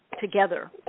together